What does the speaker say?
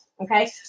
okay